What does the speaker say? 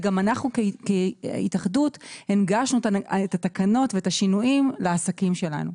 גם אנחנו כהתאחדות הנגשנו את התקנות ואת השינויים לעסקים שלנו.